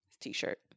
t-shirt